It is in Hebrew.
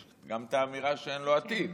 יש גם האמירה שאין לו עתיד,